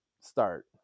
start